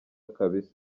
kabisa